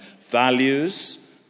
values